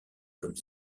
comme